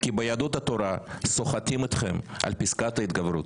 כי ביהדות התורה סוחטים אתכם על פסקת ההתגברות.